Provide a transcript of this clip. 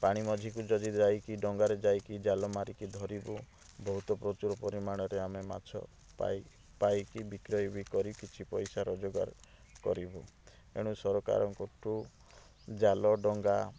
ପାଣି ମଝିକୁ ଯଦି ଯାଇକି ଡଙ୍ଗାରେ ଯାଇକି ଜାଲ ମାରିକି ଧରିବୁ ବହୁତ ପ୍ରଚୁର ପରିମାଣରେ ଆମେ ମାଛ ପାଇକି ବିକ୍ରୟ ବି କରି କିଛି ପଇସା ରୋଜଗାର କରିବୁ ଏଣୁ ସରକାରଙ୍କଠୁ ଜାଲ ଡଙ୍ଗା